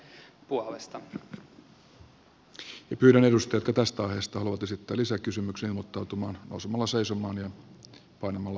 pyydän edustajia jotka tästä aiheesta haluavat esittää lisäkysymyksiä ilmoittautumaan nousemalla seisomaan ja painamalla v painiketta